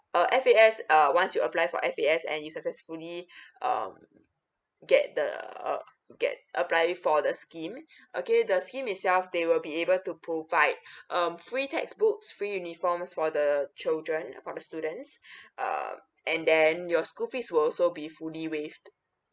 uh F_A_S err once you apply for F_A_S and you successfully um get the uh get apply for the scheme okay the scheme itself they will be able to provide um free textbooks free uniforms for the children for the students um and then your school fees will also be fully waived